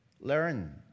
learn